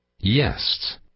Yes